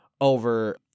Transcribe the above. over